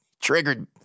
triggered